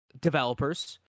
developers